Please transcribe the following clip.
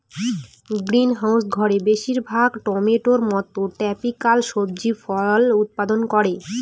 greenhouse ঘরে বেশির ভাগ টমেটোর মত ট্রপিকাল সবজি ফল উৎপাদন করে